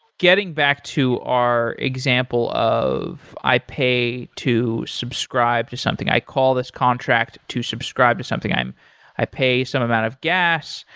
getting back to our example of i pay to subscribe to something. i call this contract to subscribe to something. i pay some amount of gas.